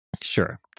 Sure